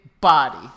body